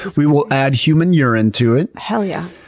we will add human urine to it. hell yeah.